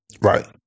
Right